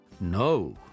No